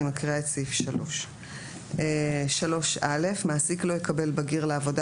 אני מקריאה את סעיף 3. אישור המשטרה 3. (א) מעסיק לא יקבל בגיר לעבודה